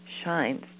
shines